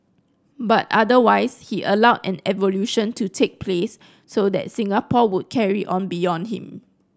but otherwise he allowed an evolution to take place so that Singapore would carry on beyond him